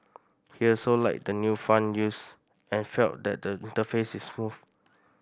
he also liked the new font used and felt that the interface is smooth